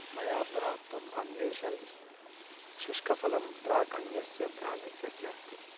मया प्राप्तम् अन्विषन् शुष्कफलं प्राक् अन्यस्य ब्राण्ड् इत्यस्य अस्ति